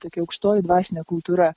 tokia aukštoji dvasinė kultūra